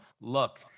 look